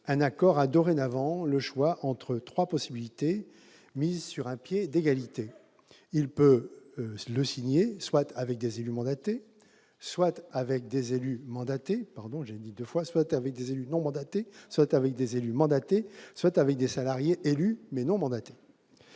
un accord a dorénavant le choix entre trois possibilités mises sur un pied d'égalité : il peut le signer soit avec des élus non mandatés, soit avec des élus mandatés, soit avec des salariés non élus, mais mandatés.